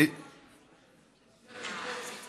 אז למה אתה עונה על זה?